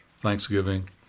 thanksgiving